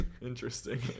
interesting